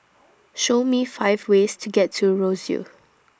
Show Me five ways to get to Roseau